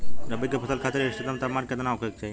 रबी क फसल खातिर इष्टतम तापमान केतना होखे के चाही?